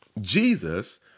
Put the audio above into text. jesus